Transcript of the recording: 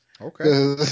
Okay